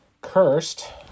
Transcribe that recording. Cursed